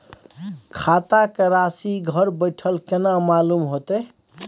खाता के राशि घर बेठल केना मालूम होते?